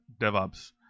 DevOps